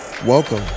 welcome